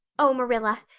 oh, marilla,